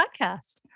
podcast